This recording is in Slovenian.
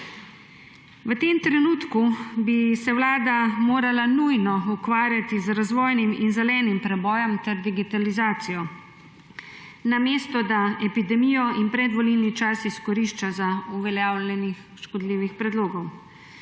V tem trenutku bi se Vlada nujno morala ukvarjati z razvojnim in zelenim prebojem ter digitalizacijo, namesto da epidemijo in predvolilni čas izkorišča za uveljavljanje škodljivih predlogov,